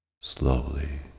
slowly